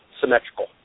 symmetrical